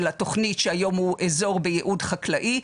התכנית שהיום הוא אזור בייעוד חקלאי.